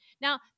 now